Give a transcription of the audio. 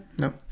No